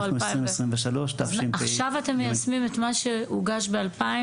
2023. עכשיו אתם מיישמים את מה שהוגש ב-2016?